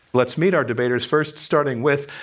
let's meet our debaters first, starting with,